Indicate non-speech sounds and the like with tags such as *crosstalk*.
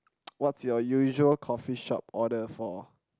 *noise* what's your usual coffee shop order for